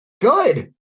Good